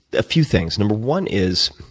a few things. no. one is